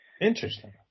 interesting